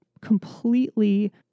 completely